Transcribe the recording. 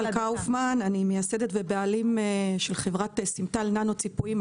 אני מייסדת ובעלים של חברת סימטל ננו-ציפויים,